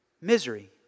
misery